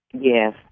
Yes